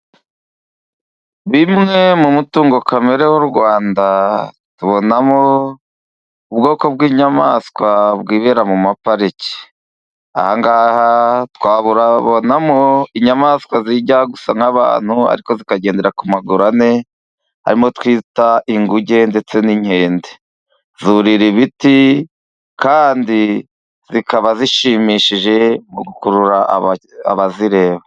Bimwe mu mutungo kamere w'u Rwanda tubonamo ubwoko bw'inyamaswa bwibera mu mapariki, aha ngaha twabonamo inyamaswa zijya gusa n'abantu ariko zikagendera ku maguru ane, ari zo twita inguge ndetse n'inkende , zurira ibiti kandi zikaba zishimishije mu gukurura abazireba.